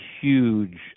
huge